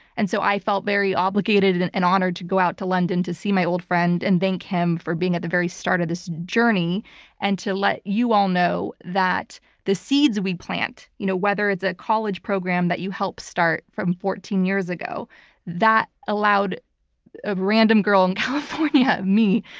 and so i felt very obligated and and honored to go out to london to see my old friend and thank him for being at the very start of this journey and to let you all know that the seeds we plant, you know whether it's a college program that you helped start from fourteen years ago that allowed a random girl in california, me,